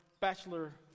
bachelor